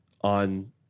on